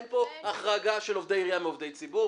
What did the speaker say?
אין פה החרגה של עובדי עירייה מעובדי ציבור.